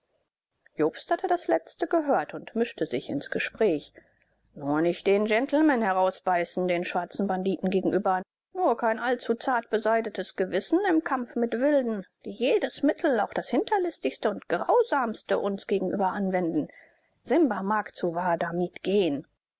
jobst hatte das letzte gehört und mischte sich ins gespräch nur nicht den gentleman herausbeißen den schwarzen banditen gegenüber nur kein allzu zart besaitetes gewissen im kampf mit wilden die jedes mittel auch das hinterlistigste und grausamste uns gegenüber anwenden simba mag zu wahadamib gehen